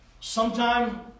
Sometime